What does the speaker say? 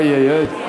אוי אוי אוי.